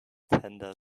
tender